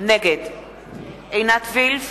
נגד עינת וילף,